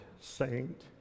saint